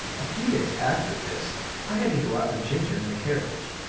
a few days after this i had to go out with ginger in the carriage.